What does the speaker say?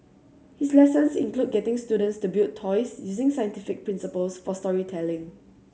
his lessons include getting students to build toys using scientific principles for storytelling